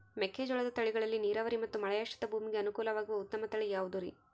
ಮೆಕ್ಕೆಜೋಳದ ತಳಿಗಳಲ್ಲಿ ನೇರಾವರಿ ಮತ್ತು ಮಳೆಯಾಶ್ರಿತ ಭೂಮಿಗೆ ಅನುಕೂಲವಾಗುವ ಉತ್ತಮ ತಳಿ ಯಾವುದುರಿ?